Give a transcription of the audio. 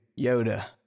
Yoda